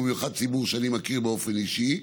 ובמיוחד ציבור שאני מכיר באופן אישי,